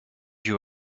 you